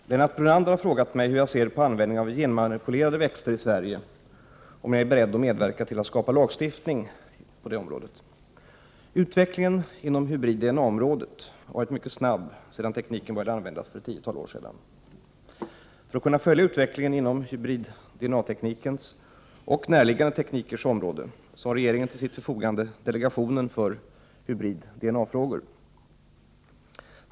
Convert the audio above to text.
Herr talman! Lennart Brunander har frågat mig hur jag ser på användning av genmanipulerade växter i Sverige och om jag är beredd att medverka till att skapa lagstiftning inom området. Utvecklingen inom hybrid-DNA-området har varit mycket snabb sedan tekniken började användas för ett tiotal år sedan. För att kunna följa utvecklingen inom hybrid-DNA-teknikens och närliggande teknikers område har regeringen till sitt förfogande delegationen för hybrid-DNA-frågor.